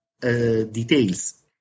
details